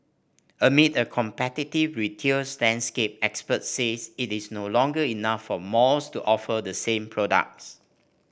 amid a competitive retails landscape experts said it is no longer enough for malls to offer the same products